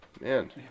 Man